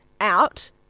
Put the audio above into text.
out